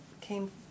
came